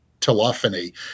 telephony